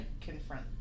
confront